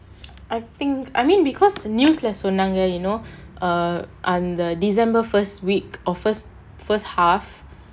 I think I mean because news leh சொன்னாங்க:sonnaanga you know err uh the december first week offers first half